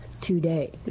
today